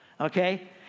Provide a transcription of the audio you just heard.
Okay